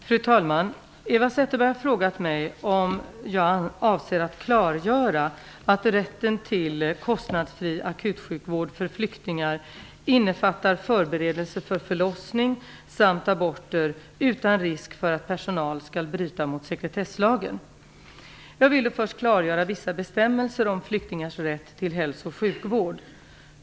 Fru talman! Eva Zetterberg har frågat mig om jag avser att klargöra att rätten till kostnadsfri akutsjukvård för flyktingar innefattar förberedelser för förlossning samt aborter utan risk för att personal skall bryta mot sekretesslagen. Jag vill då först klargöra vissa bestämmelser om flyktingars rätt till hälso och sjukvård.